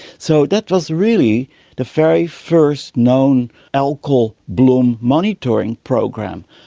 so that was really the very first known algal bloom monitoring program.